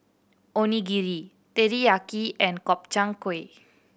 Onigiri Teriyaki and Gobchang Gui